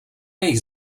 jejich